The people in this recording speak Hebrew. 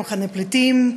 מחנה פליטים,